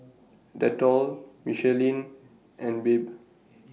Dettol Michelin and Bebe